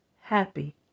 happy